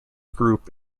group